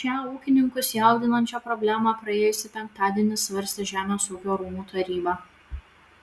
šią ūkininkus jaudinančią problemą praėjusį penktadienį svarstė žemės ūkio rūmų taryba